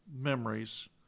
memories